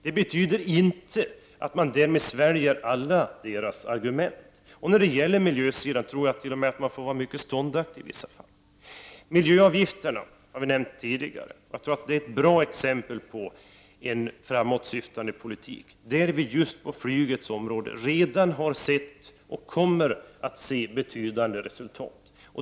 Det betyder inte att man skall svälja alla deras argument. På miljöområdet tror jag t.o.m. att man i vissa fall får vara mycket ståndaktig. Vi har tidigare nämnt miljöavgifterna. De är ett bra exempel på en framåtsyftande politik, där vi på flygets område sett och kommer att få se betydande resultat.